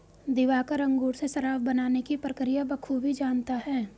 दिवाकर अंगूर से शराब बनाने की प्रक्रिया बखूबी जानता है